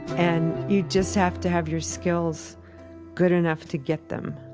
and you just have to have your skills good enough to get them